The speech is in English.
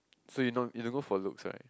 so you don't you don't go for looks right